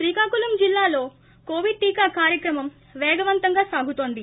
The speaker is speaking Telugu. శ్రీకాకుళం జిల్లాలో కోవిడ్ టీకా కార్యక్రమం పేగవంతంగా సాగుతోంది